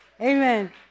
Amen